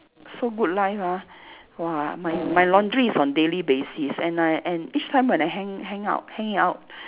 so good life ah !wah! my my laundry is on daily basis and I and each time when I hang hang out hang it out